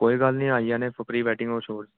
कोई गल्ल नी आई जाने प्री वेडिंग